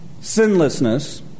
sinlessness